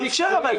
אי אפשר אבל.